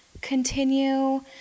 continue